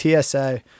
TSA